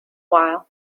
while